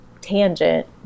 tangent